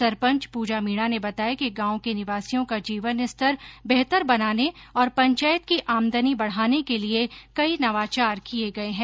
सरपंच पूजा मीणा ने बताया कि गांव के निवासियों का जीवन स्तर बेहतर बनाने और पंचायत की आमदनी बढाने के लिये कई नवाचार किये हैं